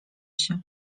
się